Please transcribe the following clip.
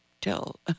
tell